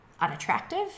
unattractive